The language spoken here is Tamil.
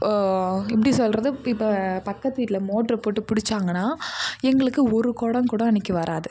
எப்படி சொல்கிறது இப்போ பக்கத்து வீட்டில் மோட்ரு போட்டு புடிச்சாங்கன்னா எங்களுக்கு ஒரு குடங் கூட அன்னைக்கு வராது